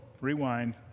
rewind